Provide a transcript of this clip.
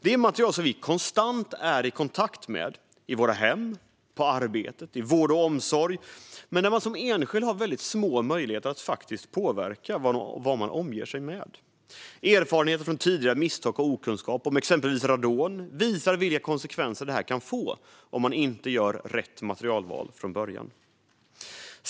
Det är material som vi konstant är i kontakt med i våra hem, på arbetet och i vård och omsorg men där man som enskild har små möjligheter att påverka vad man omger sig med. Erfarenhet från tidigare misstag och okunskap om exempelvis radon visar vilka konsekvenser det kan få om man inte gör rätt materialval från början.